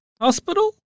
hospital